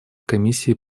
комиссии